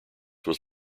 was